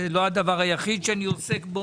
זה לא הדבר היחיד שאני עוסק בו,